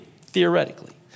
theoretically